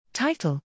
Title